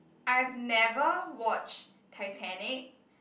I've never watched Titanic